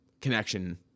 connection